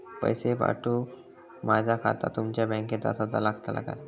पैसे पाठुक माझा खाता तुमच्या बँकेत आसाचा लागताला काय?